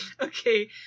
Okay